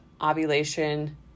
ovulation